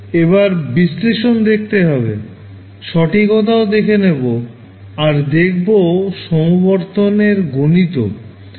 এবার বিশ্লেষণ দেখতে হবে সঠিকতাও দেখে নেবো আর দেখবো সমবর্তন এর গণিতও